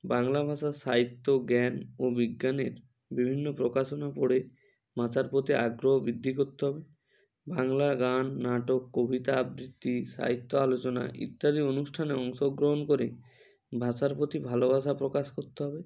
বাংলা ভাষার সাহিত্য জ্ঞান ও বিজ্ঞানের বিভিন্ন প্রকাশনা পড়ে মাথার প্রতি আগ্রহ বৃদ্ধি করতে হবে বাংলা গান নাটক কবিতা আবৃত্তি সাহিত্য আলোচনা ইত্যাদি অনুষ্ঠানে অংশগ্রহণ করে ভাষার প্রতি ভালোবাসা প্রকাশ করতে হবে